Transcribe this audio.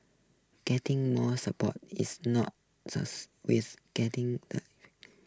getting more support is not with getting the